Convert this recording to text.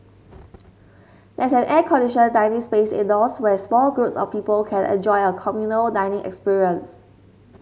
there's an air conditioned dining space indoors where small groups of people can enjoy a communal dining experience